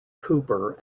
cooper